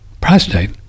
prostate